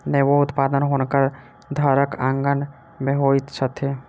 नेबो उत्पादन हुनकर घरक आँगन में होइत अछि